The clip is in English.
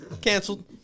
Canceled